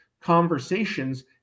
conversations